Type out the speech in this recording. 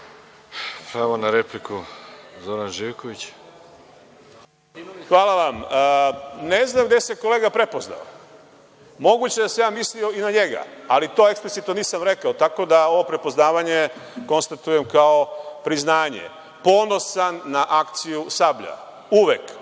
Hvala. Ne znam gde se kolega prepoznao. Moguće je da sam ja mislio i na njega, ali to eksplicitno nisam rekao, tako da ovo prepoznavanje konstatujem kao priznanje. Ponosan na akciju „Sablja“, uvek,